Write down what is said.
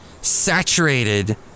saturated